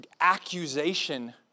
accusation